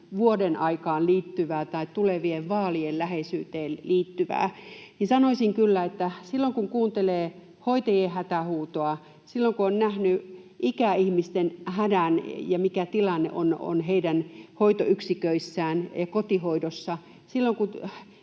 vuodenaikaan liittyvää tai tulevien vaalien läheisyyteen liittyvää. Sanoisin kyllä, että silloin kun kuuntelee hoitajien hätähuutoa, silloin kun on nähnyt ikäihmisten hädän ja sen, mikä tilanne on heidän hoitoyksiköissään ja kotihoidossa,